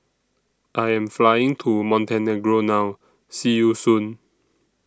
I Am Flying to Montenegro now See YOU Soon